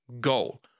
goal